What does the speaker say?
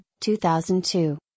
2002